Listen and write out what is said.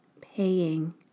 paying